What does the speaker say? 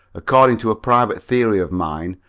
according to a private theory of mine,